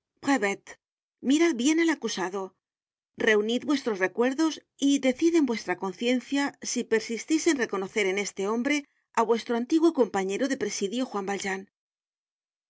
mirad bien al acusado reunid vuestros recuerdos y decid en vuestra conciencia si persistis en reconocer en este hombre á vuestro antiguo compañero de presidio juan valjean